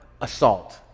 assault